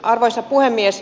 arvoisa puhemies